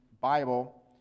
Bible